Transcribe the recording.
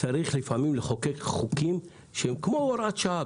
לפעמים צריך לחוקק חוקים שהם כמו הוראת שעה,